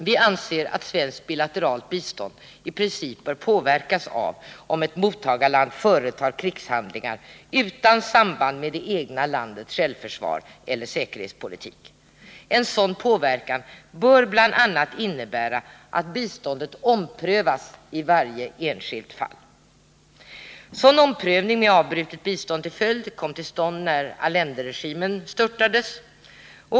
Vi anser att svenskt bilateralt bistånd i princip bör påverkas av om ett mottagarland företar krigshandlingar utan samband med det egna landets självförsvar eller säkerhetspolitik. En sådan påverkan bör bl.a. innebära att biståndet omprövas i varje enskilt fall. Sådan omprövning med avbrutet bistånd till följd kom till stånd när Allenderegimen störtades.